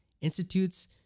institutes